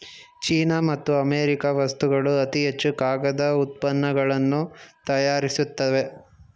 China ಮತ್ತು America ವಸ್ತುಗಳು ಅತಿ ಹೆಚ್ಚು ಕಾಗದ ಉತ್ಪನ್ನಗಳನ್ನು ತಯಾರಿಸುತ್ತವೆ